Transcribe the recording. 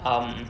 um